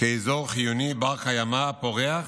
כאזור חיוני, בר-קיימא, פורח